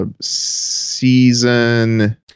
season